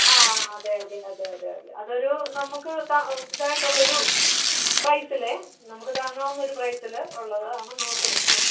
ആ അതെ അതെ അതെ അതെ അതെ അതൊരു നമുക്ക് ഇതായിട്ടുള്ളൊരു പ്രൈസിലെ നമുക്ക് താങ്ങാവുന്നൊരു പ്രൈസിൽ ഉള്ളത് ആണ് നോക്കുന്നത് ആ